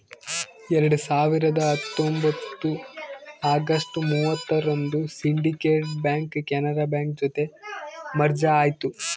ಎರಡ್ ಸಾವಿರದ ಹತ್ತೊಂಬತ್ತು ಅಗಸ್ಟ್ ಮೂವತ್ತರಂದು ಸಿಂಡಿಕೇಟ್ ಬ್ಯಾಂಕ್ ಕೆನರಾ ಬ್ಯಾಂಕ್ ಜೊತೆ ಮರ್ಜ್ ಆಯ್ತು